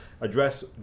address